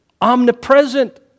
omnipresent